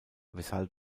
weshalb